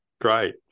great